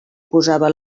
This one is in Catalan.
posava